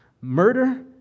murder